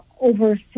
over